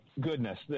goodness